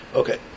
okay